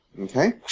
Okay